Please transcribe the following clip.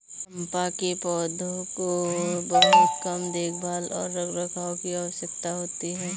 चम्पा के पौधों को बहुत कम देखभाल और रखरखाव की आवश्यकता होती है